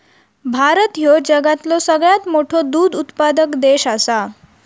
भारत ह्यो जगातलो सगळ्यात मोठो दूध उत्पादक देश आसा